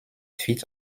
fit